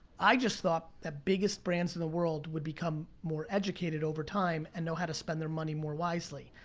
i just thought that the biggest brands in the world would become more educated over time and know how to spend their money more wisely.